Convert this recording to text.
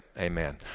amen